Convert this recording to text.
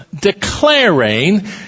declaring